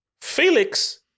Felix